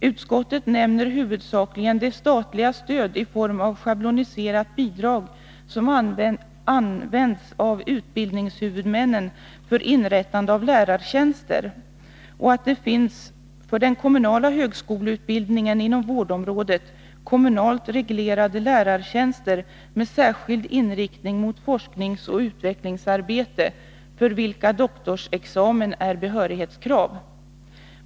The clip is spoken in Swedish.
Utskottet nämner huvudsakligen det statliga stöd i form av schabloniserat bidrag som används av utbildningshuvudmännen för inrättande av lärartjänster och att det för den kommunala högskoleutbildningen inom vårdområdet finns kommunalt reglerade lärartjänster med särskild inriktning på forskningsoch utvecklingsarbete, för vilka tjänster doktorsexamen är behörighetskrav.